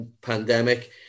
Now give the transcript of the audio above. pandemic